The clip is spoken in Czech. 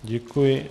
Děkuji.